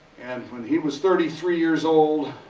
and when he was thirty three years old,